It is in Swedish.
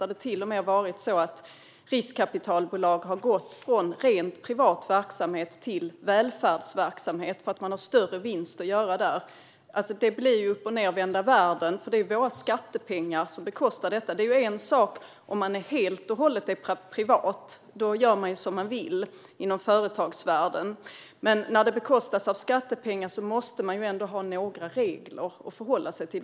Det har till och med varit så att riskkapitalbolag har gått från rent privat verksamhet till välfärdsverksamhet för att de kan göra större vinst där. Det blir uppochnedvända världen, för det är våra skattepengar som bekostar detta. Om man är helt och hållet privat gör man som man vill i företagsvärlden. Men när det bekostas av skattepengar måste man ändå ha några regler att förhålla sig till.